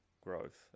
growth